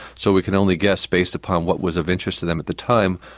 so we can only guess based upon what was of interest to them at the time,